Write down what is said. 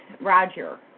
Roger